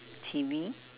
T_V